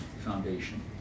Foundation